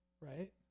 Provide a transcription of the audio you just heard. Right